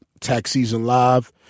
taxseasonlive